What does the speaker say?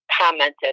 commented